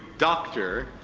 dr.